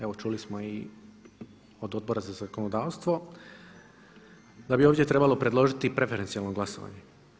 Evo čuli smo i od Odbor za zakonodavstvo da bi ovdje trebalo predložiti preferencijalno glasovanje.